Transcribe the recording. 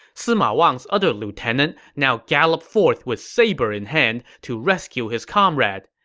sima wang's other lieutenant now galloped forth with saber in hand to rescue his comrade.